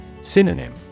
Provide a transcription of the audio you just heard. Synonym